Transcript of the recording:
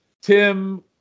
Tim